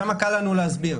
שם קל לנו להסביר.